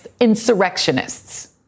insurrectionists